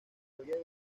había